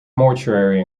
mortuary